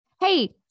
hey